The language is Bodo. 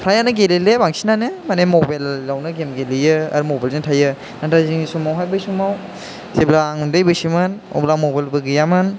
फ्रायानो गेलेलिया बांसिनानो माने मबाइलावनो गेम गेलेयो आरो मबाइल जोंनो थायो नाथाय जोंनि समावहाय बै समाव जेब्ला आं उन्दै बैसोमोन अब्ला मबाइल बो गैयामोन